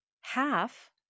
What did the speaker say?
half